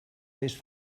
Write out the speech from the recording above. més